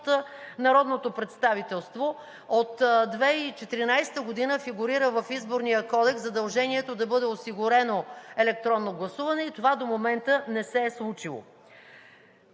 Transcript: от народното представителство. От 2014 г. в Изборния кодекс фигурира задължението да бъде осигурено електронно гласуване и това до момента не се е случило.